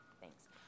Thanks